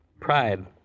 Pride